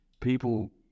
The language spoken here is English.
people